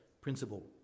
principle